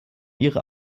ihre